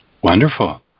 Wonderful